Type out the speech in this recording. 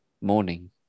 morning